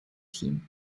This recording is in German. team